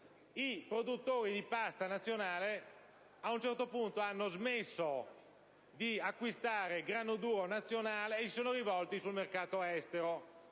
i produttori di pasta a livello nazionale ad un certo punto hanno smesso di acquistare grano duro italiano e si sono rivolti al mercato estero